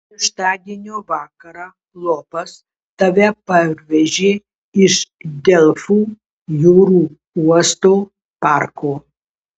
šeštadienio vakarą lopas tave parvežė iš delfų jūrų uosto parko